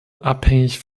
abhängig